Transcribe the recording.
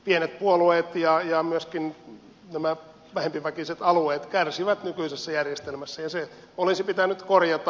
pienet puolueet ja myöskin nämä vähempiväkiset alueet kärsivät nykyisessä järjestelmässä ja se olisi pitänyt korjata